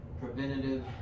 Preventative